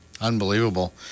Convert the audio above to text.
Unbelievable